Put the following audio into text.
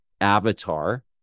avatar